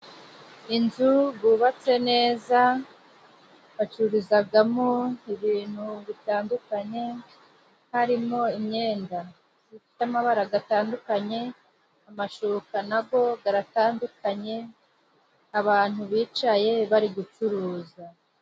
Inzu gubatse neza bacuruzagamo ibintu bitandukanye, harimo imyenda zifite amabara gatandukanye, amashuka na go garatandukanye ,abantu bicaye bari gucuruza.